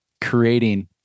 creating